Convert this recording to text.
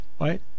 right